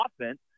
offense